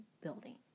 building